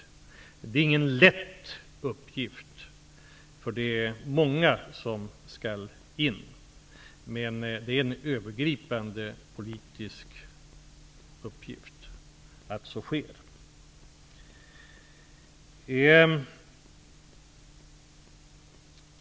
Det är ingen lätt uppgift. Det är många som skall in på arbetsmarknaden. Men det är en övergripande politisk uppgift att så sker.